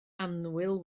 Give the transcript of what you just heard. annwyl